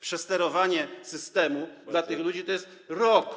Przesterowanie systemu dla tych ludzi to jest rok.